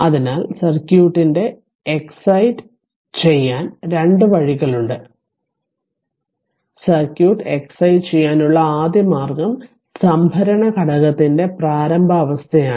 അതിനാൽ സർക്യൂട്ടിനെ എക്സൈറ് ചെയ്യാൻ രണ്ട് വഴികളുണ്ട് സർക്യൂട്ട് എക്സൈറ് ചെയ്യാനുള്ള ആദ്യ മാർഗം സംഭരണ ഘടകത്തിന്റെ പ്രാരംഭ അവസ്ഥയാണ്